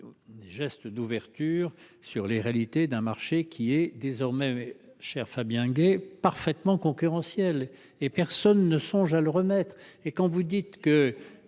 Des gestes d'ouverture sur les réalités d'un marché qui est désormais cher Fabien Gay parfaitement concurrentiels et personne ne songe à le remettre et quand vous dites que.